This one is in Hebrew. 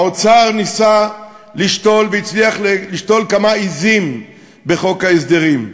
האוצר ניסה לשתול והצליח לשתול כמה עזים בחוק ההסדרים,